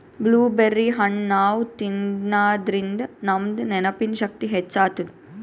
blueberry ಹಣ್ಣ್ ನಾವ್ ತಿನ್ನಾದ್ರಿನ್ದ ನಮ್ ನೆನ್ಪಿನ್ ಶಕ್ತಿ ಹೆಚ್ಚ್ ಆತದ್